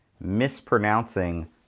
mispronouncing